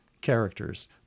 characters